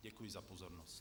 Děkuji za pozornost.